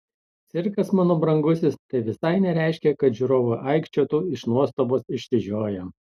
cirkas mano brangusis tai visai nereiškia kad žiūrovai aikčiotų iš nuostabos išsižioję